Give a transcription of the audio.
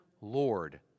Lord